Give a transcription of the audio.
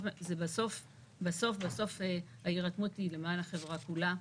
בסוף ההירתמות היא למען החברה כולה.